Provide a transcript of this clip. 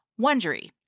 Wondery